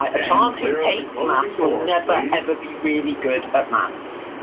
a child who hates maths will never, ever be really good at maths.